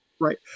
Right